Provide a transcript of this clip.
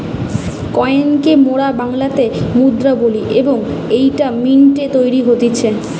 coin কে মোরা বাংলাতে মুদ্রা বলি এবং এইটা মিন্ট এ তৈরী হতিছে